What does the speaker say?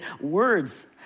words